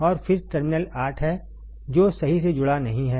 और फिर टर्मिनल 8 है जो सही से जुड़ा नहीं है